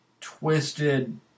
twisted